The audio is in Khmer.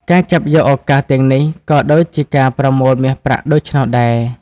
ការចាប់យកឱកាសទាំងនេះ ក៏ដូចជាការប្រមូលមាសប្រាក់ដូច្នោះដែរ។